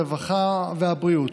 הרווחה והבריאות,